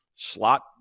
Slot